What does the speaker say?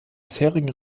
bisherigen